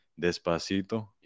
Despacito